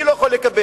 מי לא יכול לקבל.